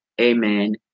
amen